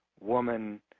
woman